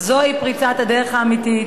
זוהי פריצת הדרך האמיתית,